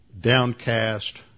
downcast